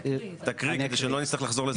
תקריא כדי שלא נצטרך לחזור לזה.